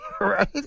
Right